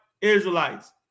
Israelites